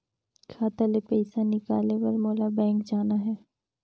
खाता ले पइसा निकाले बर मोला बैंक जाना हे?